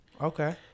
Okay